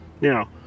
Now